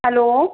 hello